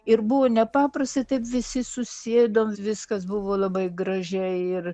ir buvo nepaprastai taip visi susėdom viskas buvo labai gražiai ir